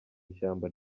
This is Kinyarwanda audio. ishyamba